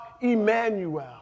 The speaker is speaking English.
Emmanuel